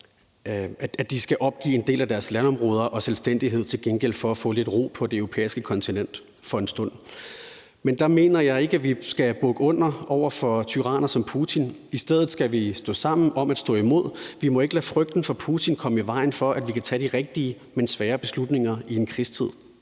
at de skal opgive en del af deres landområder og selvstændighed til gengæld for at få lidt ro på det europæiske kontinent for en stund. Men der mener jeg ikke, at vi skal bukke under over for tyranner som Putin. I stedet skal vi stå sammen om at stå imod. Vi må ikke lade frygten for Putin komme i vejen for, at vi kan tage de rigtige, men svære beslutninger i en krigstid.